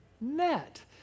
net